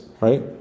right